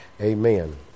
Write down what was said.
amen